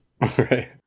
right